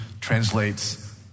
translates